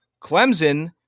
Clemson